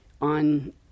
on